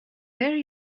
there